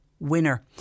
Winner